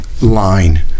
line